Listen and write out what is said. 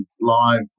live